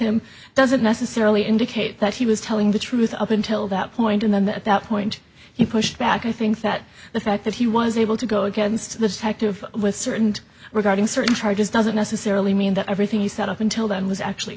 him doesn't necessarily indicate that he was telling the truth up until that point and then at that point he pushed back i think that the fact that he was able to go against the tact of with certainty regarding certain charges doesn't necessarily mean that everything he said up until then was actually